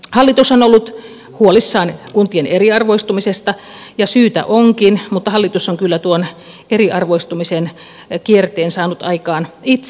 hallitus on ollut huolissaan kuntien eriarvoistumisesta ja syytä onkin mutta hallitus on kyllä tuon eriarvoistumisen kierteen saanut aikaan itse